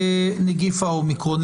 בנגיף ה-אומיקרון?